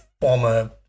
former